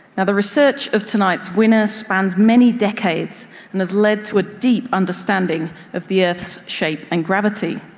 the research of tonight's winner spans many decades and has led to a deep understanding of the earth's shape and gravity.